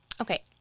Okay